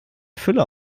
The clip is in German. füller